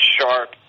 sharp